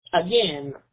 again